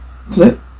flip